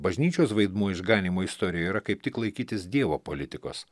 bažnyčios vaidmuo išganymo istorijoje yra kaip tik laikytis dievo politikos